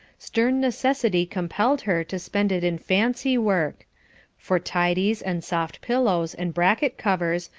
stern necessity compelled her to spend it in fancy work for tidies, and soft pillows, and bracket-covers,